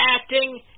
acting